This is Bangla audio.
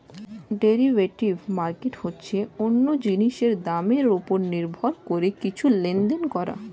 ডেরিভেটিভ মার্কেট হচ্ছে অন্য জিনিসের দামের উপর নির্ভর করে কিছু লেনদেন করা